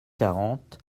quarante